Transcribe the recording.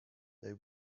they